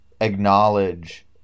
acknowledge